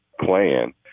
plan